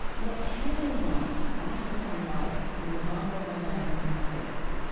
yet kenyan life, african life, binyavanga wainaina insists,